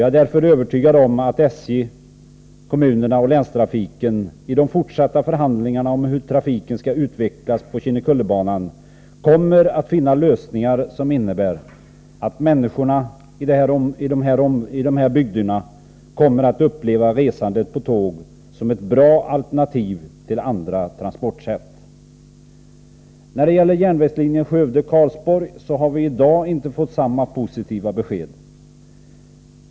Jag är därför övertygad om att SJ, kommunerna och länstrafiken vid de fortsatta förhandlingarna om hur trafiken skall utvecklas på Kinnekullebanan kommer att finna lösningar som innebär att människorna i de här bygderna kommer att uppleva resande på tåg som ett bra alternativ till andra transportsätt. När det gäller järnvägslinjen Skövde-Karlsborg har vi i dag inte fått samma positiva besked.